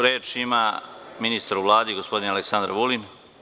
Reč ima ministar u Vladi, gospodin Aleksandar Vulin.